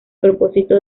propósito